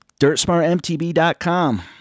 Dirtsmartmtb.com